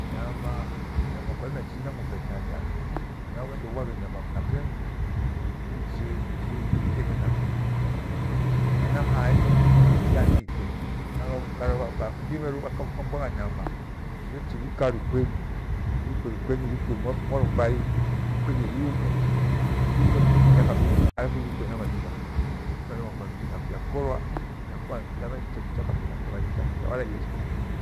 Nyama nyama kwairima ivhinja ng’umbe ithanya kana ughend eubhaghe nyama thekeni uche ibhike hena friji, kana hai uianike, kala- kala bhandio bheru bhakambhagha nyama bhalechiibhika rukwenyi ibhikwe rukwruyi ibhikiwe mwaro- mwarombai iumie iume kindo kicha kabitha alafu ibhikwe hena marighwa ikyaghekora yabha njicha kabitha wala ighre shidayo.